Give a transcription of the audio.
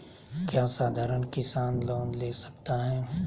क्या साधरण किसान लोन ले सकता है?